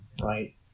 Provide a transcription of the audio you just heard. right